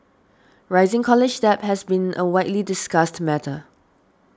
rising college debt has been a widely discussed matter